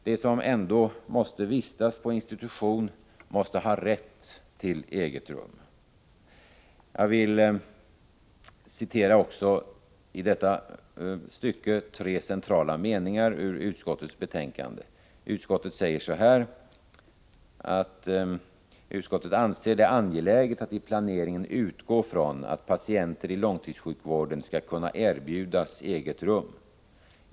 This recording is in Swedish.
De som ändå måste vistas på institution skall ha rätt till eget rum. Jag vill citera tre centrala meningar i utskottets betänkande: ”Utskottet anser det angeläget att i planeringen utgå från att patienter i långtidssjukvården skall kunna erbjudas eget rum.